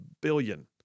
billion